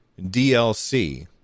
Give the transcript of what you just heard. DLC